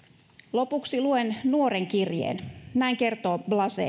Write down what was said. lopuksi luen nuoren kirjeen näin kertoo blazej